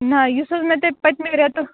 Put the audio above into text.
نَہ یُس حظ مےٚ توہہِ پٔتمہِ ریٚتہٕ